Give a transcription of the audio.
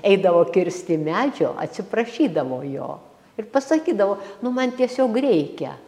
eidavo kirsti medžio atsiprašydavo jo ir pasakydavo nu man tiesiog reikia